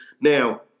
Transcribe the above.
Now